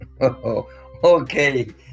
okay